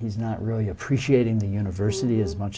he's not really appreciating the university as much